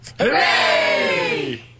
Hooray